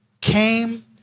came